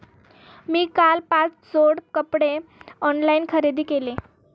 मी काल पाच जोड कपडे ऑनलाइन खरेदी केले